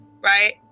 right